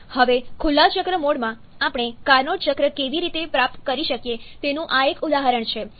હવે ખુલ્લા ચક્ર મોડમાં આપણે કાર્નોટ ચક્ર કેવી રીતે પ્રાપ્ત કરી શકીએ તેનું આ એક ઉદાહરણ છે